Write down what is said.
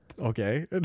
Okay